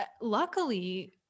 luckily